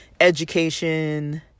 education